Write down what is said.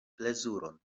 plezuron